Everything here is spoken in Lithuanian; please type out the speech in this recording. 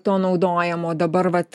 to naudojamo dabar vat